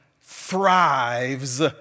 thrives